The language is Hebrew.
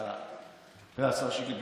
השר שיקלי,